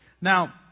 Now